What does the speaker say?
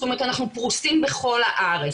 זאת אומרת, אנחנו פרוסים בכל הארץ.